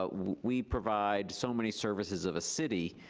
ah we provide so many services of a city,